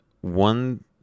one